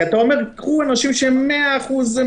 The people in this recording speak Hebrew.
כי אומרים שלוקחים שהם שם מאה אחוז,